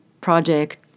project